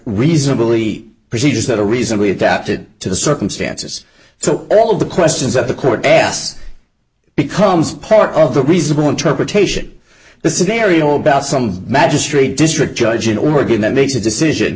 reasonably procedures that a reason we adapted to the circumstances so all of the questions of the court asked becomes part of the reasonable interpretation the scenario about some magistrate district judge in oregon that makes a decision